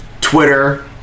Twitter